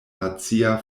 nacia